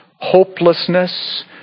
hopelessness